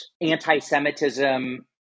anti-Semitism